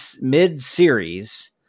mid-series